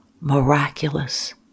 miraculous